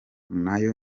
nayo